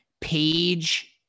page